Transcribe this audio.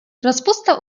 rozpusta